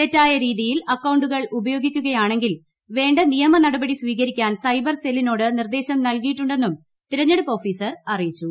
തെറ്റായ രീതിയിൽ അക്കൌണ്ടുകൾ ഉപയോഗിക്കുകയാണെങ്കിൽ വേണ്ട നിയമ നടപടി സ്വീകരിക്കാൻ നൽകിയിട്ടുണ്ടെന്നും തിരഞ്ഞെടുപ്പ് ഓഫീസർ അറിയിച്ചു